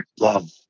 love